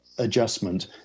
adjustment